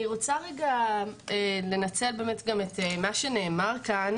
אני רוצה לנצל את מה שנאמר כאן